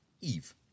eve